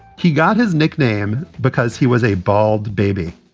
he got his nickname because he was a bald baby